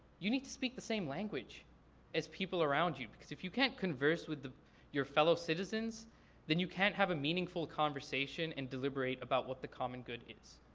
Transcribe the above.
you need to speak the same language as people around you. because if you can't converse with your fellow citizens then you can't have a meaningful conversation and deliberate about what the common good is.